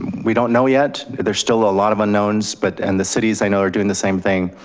we don't know yet. there's still a lot of unknowns, but and the cities i know are doing the same thing.